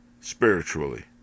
spiritually